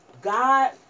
god